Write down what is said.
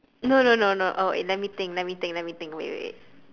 no no no no oh let me think let me think let me think wait wait